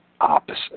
opposite